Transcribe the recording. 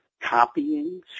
copying